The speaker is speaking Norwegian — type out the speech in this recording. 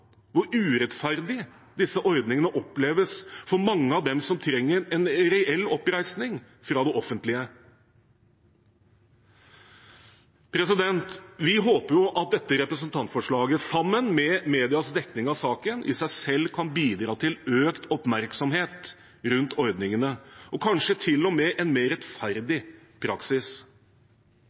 hvor urettferdig disse ordningene oppleves for mange av dem som trenger en reell oppreisning fra det offentlige. Vi håper at dette representantforslaget, sammen med medias dekning av saken, i seg selv kan bidra til økt oppmerksomhet rundt ordningene – og kanskje til og med en mer rettferdig praksis.